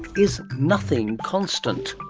is nothing constant?